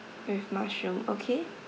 with mushroom okay